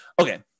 okay